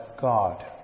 God